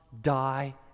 die